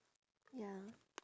ya